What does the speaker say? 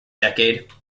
decade